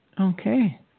okay